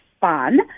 fun